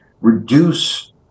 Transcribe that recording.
reduce